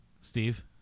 Steve